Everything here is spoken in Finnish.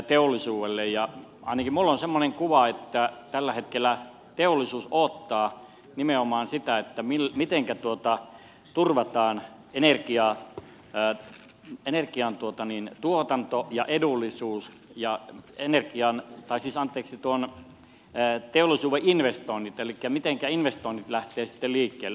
ainakin minulla on semmoinen kuva että tällä hetkellä teollisuus odottaa nimenomaan sitä mitenkä turvataan ener gian tuotanto ja edullisuus ja energian tai sisään pitsiton täytti teollisuuden investoinnit elikkä mitenkä investoinnit lähtevät sitten liikkeelle